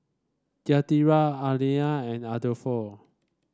Yadira Allean and Adolfo